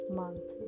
month